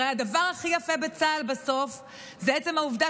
הרי הדבר הכי יפה בצה"ל בסוף זה עצם העובדה